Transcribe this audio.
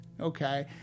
okay